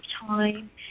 time